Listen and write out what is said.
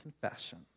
confession